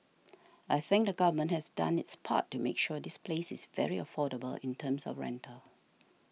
I think the government has done its part to make sure this place is very affordable in terms of rental